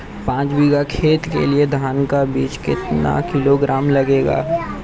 पाँच बीघा खेत के लिये धान का बीज कितना किलोग्राम लगेगा?